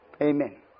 Amen